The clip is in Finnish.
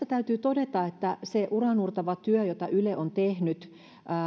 täytyy todeta että se uraauurtava työ jota yle on tehnyt